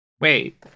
Wait